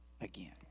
again